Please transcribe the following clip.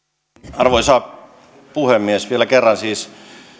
arvoisa puhemies vielä kerran siis